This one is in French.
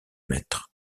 mètres